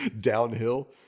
downhill